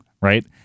right